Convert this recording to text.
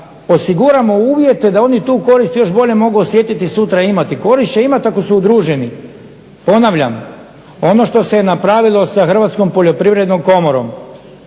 osiguramo uvjete da oni tu korist još bolje mogu osjetiti, sutra imati. Korist će imati ako su udruženi. Ponavljam, ono što se je napravilo sa Hrvatskom poljoprivrednom komorom